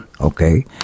okay